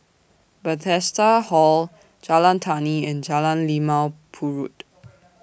Bethesda Hall Jalan Tani and Jalan Limau Purut